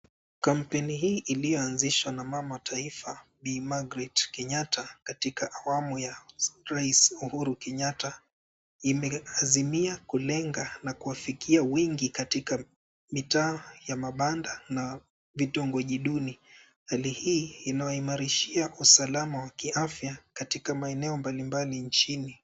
Kampeni hii ambayo ilianzishwa na mama taifa Bi. Magaret Kenyatta katika awamu ya rais Uhuru Kenyatta imeazimia kulenga au kuwafikia wengi katika mitaa ya mabanda na vitongoji duni. Hali hii inayoimarishia usalama wa kiafya katika maeneo mbalimbali nchini.